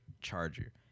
Charger